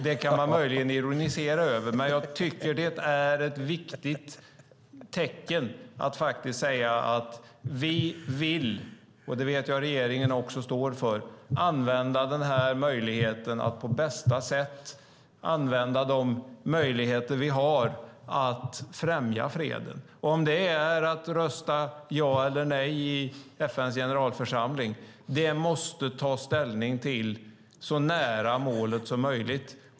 Det kan man möjligen ironisera över, men jag tycker att det är viktigt att säga att vi vill använda den här möjligheten för att på bästa sätt främja freden, och jag vet att regeringen också står för det. Om det är att rösta ja eller nej i FN:s generalförsamling måste man ta ställning till så nära målet som möjligt.